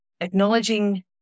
acknowledging